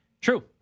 true